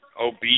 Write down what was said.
obese